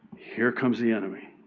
here comes the enemy.